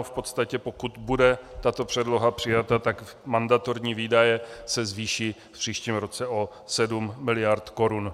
V podstatě pokud bude tato předloha přijata, tak se mandatorní výdaje zvýší v příštím roce o 7 mld. korun.